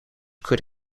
could